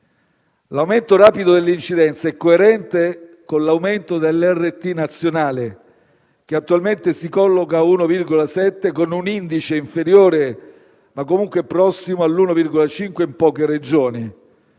L'aumento rapido dell'incidenza è coerente con l'aumento dell'RT nazionale, che attualmente si colloca a 1,7, con un indice inferiore (ma comunque prossimo all'1,5) in poche Regioni.